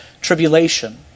tribulation